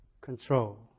control